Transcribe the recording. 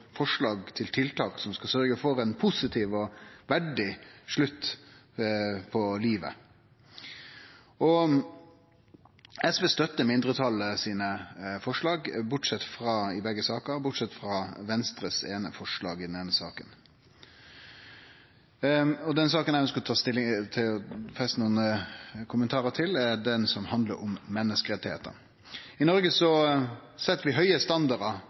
forslag til tiltak som skal sørgje for ein positiv og verdig slutt på livet. SV støtter forslaga frå mindretalet i begge saker, bortsett frå Venstres eine forslag i den eine saka. Den saka eg ønskjer å kome med nokre kommentarar til, er den som handlar om menneskerettar. I Noreg set vi høge